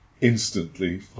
instantly